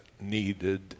needed